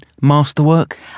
masterwork